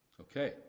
Okay